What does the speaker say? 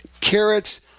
carrots